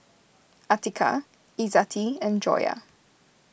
Atiqah Izzati and Joyah